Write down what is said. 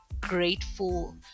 grateful